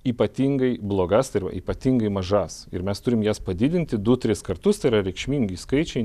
ypatingai blogas tai yra ypatingai mažas ir mes turim jas padidinti du tris kartus tai yra reikšmingi skaičiai